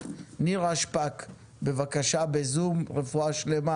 נירה שפק איתנו בזום, אני מאחל לה רפואה שלמה.